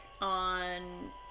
on